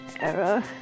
Error